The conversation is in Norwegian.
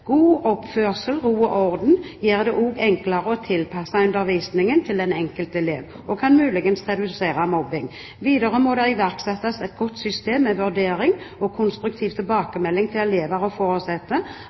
God oppførsel, ro og orden gjør det også enklere å tilpasse undervisningen til den enkelte elev og kan muligens redusere mobbing. Videre må det iverksettes et godt system med vurdering og konstruktiv